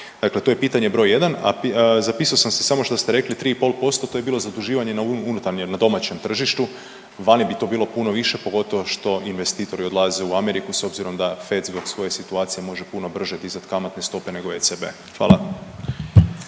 Dakle, to je pitanje broj jedan. Zapisao sam si samo što ste rekli 3,5% to je bilo zaduživanje na unutarnjem, na domaćem tržištu, vani bi to bilo puno više pogotovo što investitori odlaze u Ameriku s obzirom da FED zbog svoje situacije može puno brže dizat kamatne stope nego ECB. Hvala.